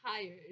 tired